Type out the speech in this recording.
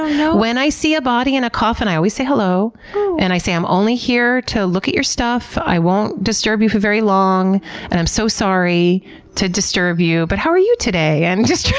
when i see a body in a coffin, i always say hello and i say, i'm only here to look at your stuff. i won't disturb you for very long and i'm so sorry to disturb you. but how are you today? and just